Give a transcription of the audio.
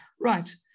right